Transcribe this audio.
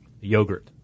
yogurt